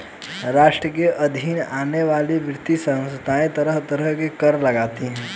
राष्ट्र के अधीन आने वाली विविध संस्थाएँ तरह तरह के कर लगातीं हैं